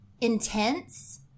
intense